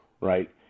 right